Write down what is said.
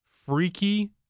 Freaky